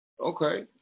okay